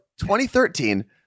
2013